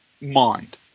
mind